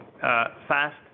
fast